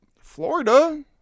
Florida